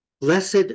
blessed